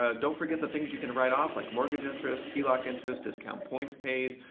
ah don't forget the things you can write off, like mortgage interest, heloc interest, discount points paid,